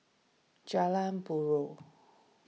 Jalan Buroh